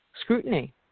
scrutiny